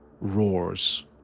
roars